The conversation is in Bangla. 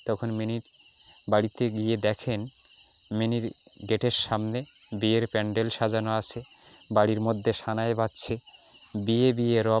তখন মিনির বাড়িতে গিয়ে দেখেন মিনির গেটের সামনে বিয়ের প্যান্ডেল সাজানো আছে বাড়ির মধ্যে সানাই বাজছে বিয়ে বিয়ে রব